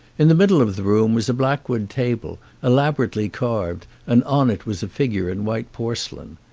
in the middle of the room was a blackwood table, elabor ately carved, and on it was a figure in white porce lain.